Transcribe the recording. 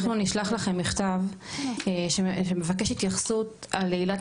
אנחנו נשלח לכם מכתב שמבקש התייחסות על עילת